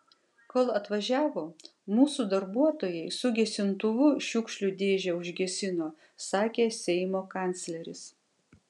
kol atvažiavo mūsų darbuotojai su gesintuvu šiukšlių dėžę užgesino sakė seimo kancleris